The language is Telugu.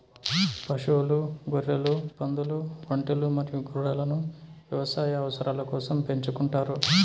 పశువులు, గొర్రెలు, పందులు, ఒంటెలు మరియు గుర్రాలను వ్యవసాయ అవసరాల కోసం పెంచుకుంటారు